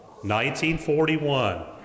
1941